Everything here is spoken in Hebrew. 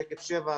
שקף 7,